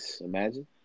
Imagine